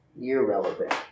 irrelevant